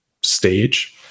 stage